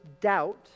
doubt